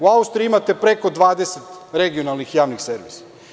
U Austriji imate preko 20 regionalnih javnih servisa.